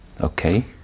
okay